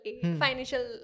financial